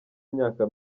imyaka